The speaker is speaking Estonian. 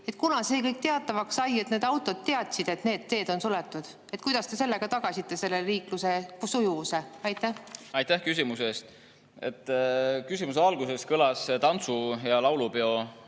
Kunas see kõik teatavaks sai, et need autod teadsid, et need teed on suletud? Kuidas te sellega tagasite liikluse sujuvuse? Aitäh küsimuse eest! Küsimuse alguses kõlas viide tantsu- ja laulupeole.